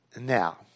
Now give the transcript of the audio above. Now